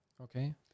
Okay